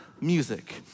music